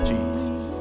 Jesus